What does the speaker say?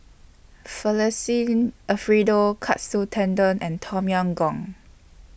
Alfredo Katsu Tendon and Tom Yam Goong